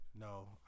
No